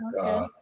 Okay